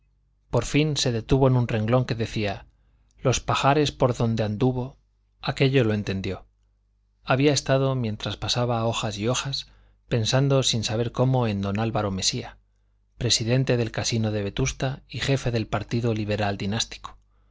por fin se detuvo en un renglón que decía los parajes por donde anduvo aquello lo entendió había estado mientras pasaba hojas y hojas pensando sin saber cómo en don álvaro mesía presidente del casino de vetusta y jefe del partido liberal dinástico